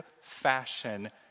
fashion